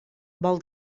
vol